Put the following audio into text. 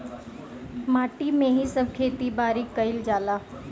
माटी में ही सब खेती बारी कईल जाला